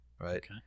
right